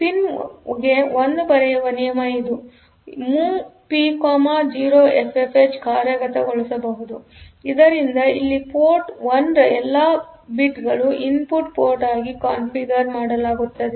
ಆದ್ದರಿಂದ ಪಿನ್ಗೆ 1 ಬರೆಯುವ ನಿಯಮ ಇದು ಎಂಓಡಬ್ಲು ಪಿ1 0FFHಕಾರ್ಯಗತಗೊಳಿಸಬಹುದುಆದ್ದರಿಂದ ಇಲ್ಲಿ ಪೋರ್ಟ್ 1 ರ ಎಲ್ಲಾ ಬಿಟ್ಗಳು ಇನ್ಪುಟ್ ಪೋರ್ಟ್ ಆಗಿ ಕಾನ್ಫಿಗರ್ ಮಾಡಲಾಗುತ್ತದೆ